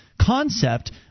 concept